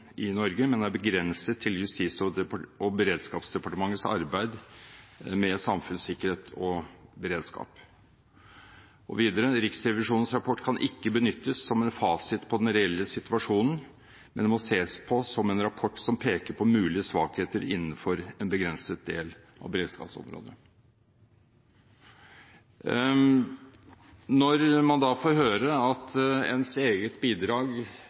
i Norge, men er begrenset til Justis- og beredskapsdepartementets arbeid med samfunnssikkerhet og beredskap.» Et annet flertall sier videre: «Riksrevisjonens rapport kan ikke benyttes som en fasit på den reelle situasjonen, men må ses på som en rapport som peker på mulige svakheter innenfor en begrenset del av beredskapsområdet.» Når man da får høre at ens egne bidrag